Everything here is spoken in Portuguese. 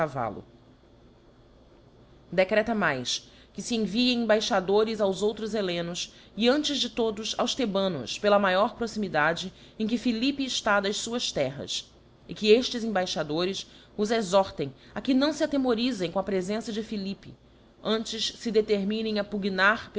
cavallo decreta mais que fe enviem embaixadores aos outros hellenos e antes de todos aos thebanos pela maior proximidade em que philippe eftá das fuás terras e que eftes embaixadores os exhortem a que não fe atemorifem com a prefcnça de philippe antes fe determinem a pugnar